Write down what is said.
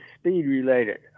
speed-related